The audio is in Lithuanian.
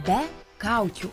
be kaukių